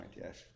yes